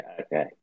Okay